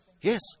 Yes